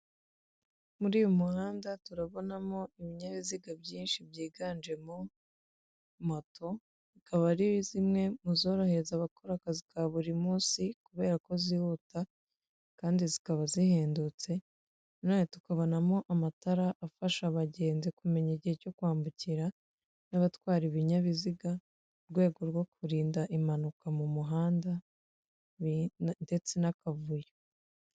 Muri uyu muhanda turabonamo ibinyabiziga byinshi byiganje mu moto zikaba ari zimwe mu zorohereza abakora akazi ka buri munsi, kubera ko zihuta kandi zikaba zihendutse, nanone tukabonamo amatara afasha abagenzi kumenya igihe cyo kwambukira n'abatwara ibinyabiziga, mu rwego rwo kurinda impanuka mu muhanda ndetse n'akavuyo.